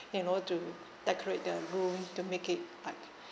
you know to decorate the room to make it like